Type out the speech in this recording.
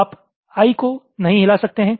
आप I को नही हिला सकते है